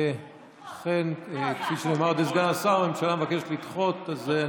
ואני מבקש לדחות את ההצעה.